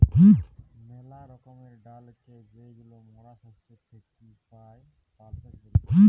মেলা রকমের ডালকে যেইগুলা মরা শস্য থেকি পাই, পালসেস বলতিছে